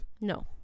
No